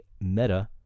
meta